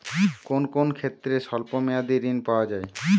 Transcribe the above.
কোন কোন ক্ষেত্রে স্বল্প মেয়াদি ঋণ পাওয়া যায়?